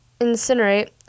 Incinerate